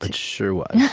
and sure was. yeah